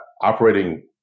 operating